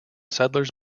settlers